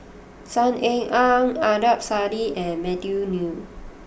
Saw Ean Ang Adnan Saidi and Matthew Ngui